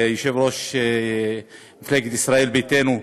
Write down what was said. יושב-ראש מפלגת ישראל ביתנו,